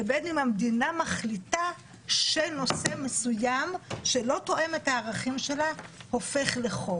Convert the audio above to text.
לבין אם המדינה מחליטה שנושא מסוים שלא תואם את הערכים שלה הופך לחוק.